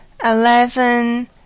Eleven